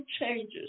changes